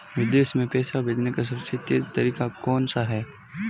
विदेश में पैसा भेजने का सबसे तेज़ तरीका कौनसा है?